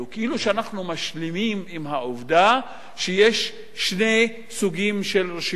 כאילו שאנחנו משלימים עם העובדה שיש שני סוגים של רשויות מקומיות,